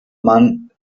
man